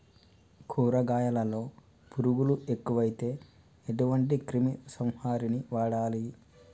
కూరగాయలలో పురుగులు ఎక్కువైతే ఎటువంటి క్రిమి సంహారిణి వాడాలి?